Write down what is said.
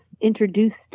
Introduced